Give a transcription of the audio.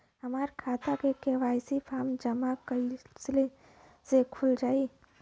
हमार खाता KYC form जमा कइले से खुल जाई?